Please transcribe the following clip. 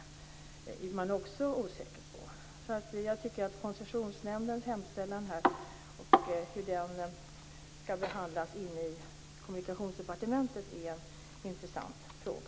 Det är man också osäker på. Jag tycker att Koncessionsnämndens hemställan och frågan om hur den skall behandlas på Kommunikationsdepartementet är intressant.